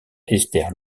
esther